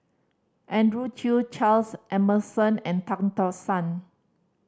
Andrew Chew Charles Emmerson and Tan Tock San